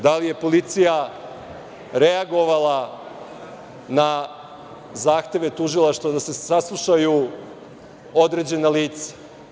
Da li je policija reagovala na zahteve tužilaštva da se saslušaju određena lica?